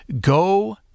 Go